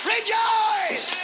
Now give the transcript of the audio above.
Rejoice